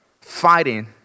fighting